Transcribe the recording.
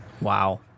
Wow